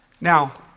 Now